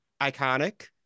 iconic